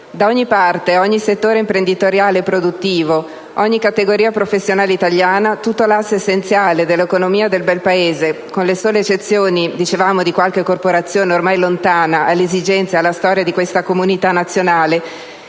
Da ogni parte, ogni settore imprenditoriale e produttivo, ogni categoria professionale italiana, tutto l'asse essenziale dell'economia del Belpaese, con le sole eccezioni - dicevamo - di qualche corporazione ormai lontana dalle esigenze e dalla storia di questa comunità nazionale,